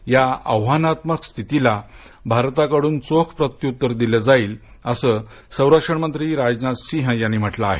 या आव्हानात्मक स्थितीला भारताकडून चोख प्रतुत्तर दिले जाईल असं संरक्षण मंत्री राजनाथसिंह यांनी म्हटलं आहे